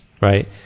Right